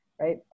right